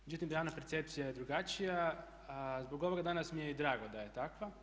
Međutim, realna percepcija je drugačija, a zbog ovoga danas mi je i drago da je takva.